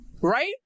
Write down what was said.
right